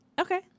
Okay